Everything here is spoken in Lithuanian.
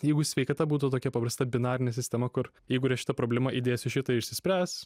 jeigu sveikata būtų tokia paprasta binarinė sistema kur jeigu yra šita problema įdėsiu šitą išsispręs